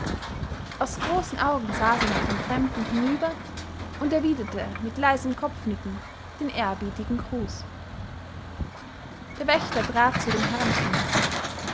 aus großen augen sah sie nach dem fremden hinüber und erwiderte mit leisem kopfnicken den ehrerbietigen gruß der wächter trat zu dem herrenkind